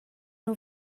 nhw